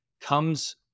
comes